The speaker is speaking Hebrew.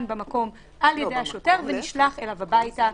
במקום על ידי השוטר ונשלח אליו הביתה.